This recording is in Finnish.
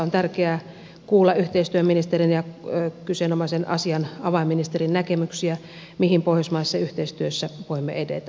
on tärkeää kuulla yhteistyöministerin ja kyseisen asian avainministerin näkemyksiä mihin pohjoismaisessa yhteistyössä voimme edetä